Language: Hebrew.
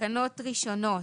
תקנות ראשונות,